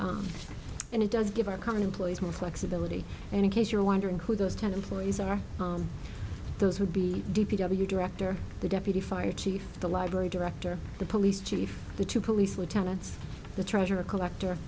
and it does give our current employees more flexibility and in case you're wondering who those ten employees are those would be d p w director the deputy fire chief the library director the police chief the two police lieutenants the treasurer collector